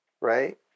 right